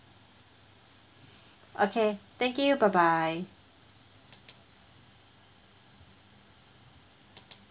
okay thank you bye bye